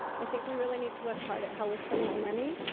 i think we really need to look hard at how we're spending our money.